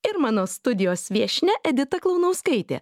ir mano studijos viešnia edita klaunauskaitė